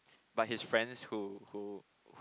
but his friends who who who